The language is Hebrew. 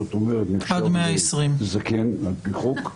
זאת אומרת נחשב זקן על פי חוק.